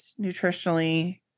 nutritionally